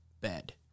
bed